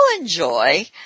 enjoy